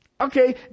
Okay